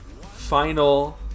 final